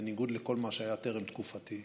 בניגוד לכל מה שהיה טרם תקופתי,